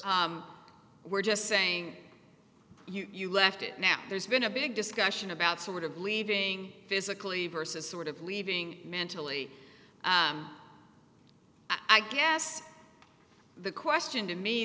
we're just saying you left it now there's been a big discussion about sort of leaving physically versus sort of leaving mentally i guess the question to me